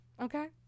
okay